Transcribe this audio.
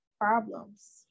problems